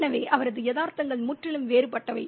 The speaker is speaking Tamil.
எனவே அவரது யதார்த்தங்கள் முற்றிலும் வேறுபட்டவை